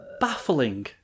Baffling